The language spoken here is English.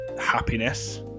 happiness